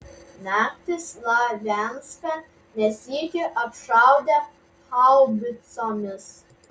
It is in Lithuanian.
naktį slavianską ne sykį apšaudė haubicomis